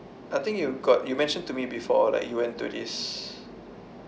I think you got you mentioned to me before like you went to this